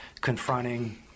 confronting